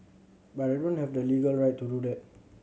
but I don't have the legal right to do that